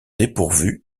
dépourvus